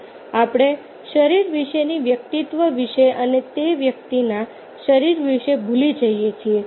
આપણે શરીર વિશેના વ્યક્તિત્વ વિશે અને તે વ્યક્તિના શરીર વિશે ભૂલી જઈએ છીએ